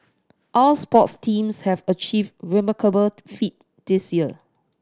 our sports teams have achieved remarkable feat this year